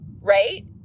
right